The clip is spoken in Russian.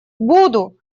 буду